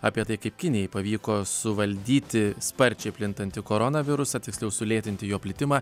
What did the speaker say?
apie tai kaip kinijai pavyko suvaldyti sparčiai plintantį koronavirusą tiksliau sulėtinti jo plitimą